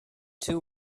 two